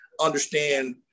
understand